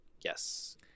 Yes